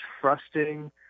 trusting